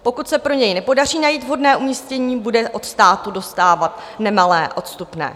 Pokud se pro něj nepodaří najít vhodné umístění, bude od státu dostávat nemalé odstupné.